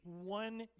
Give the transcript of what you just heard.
one